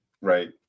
right